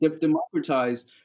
democratize